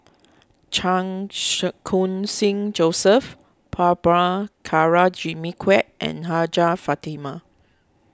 Chan shark Khun Sing Joseph Jimmy Quek and Hajjah Fatimah